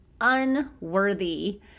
unworthy